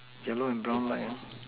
yellow and brown light